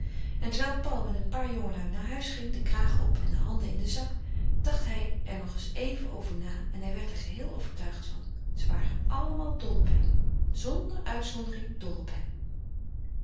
en terwijl paul met een paar jongelui naar huis ging de kraag op en de handen in den zak dacht hij er nog eens over na en hij werd er geheel overtuigd van ze waren allemaal dol op hem zonder uitzondering